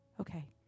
okay